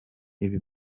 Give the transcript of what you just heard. ibi